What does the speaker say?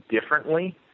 differently